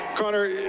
Connor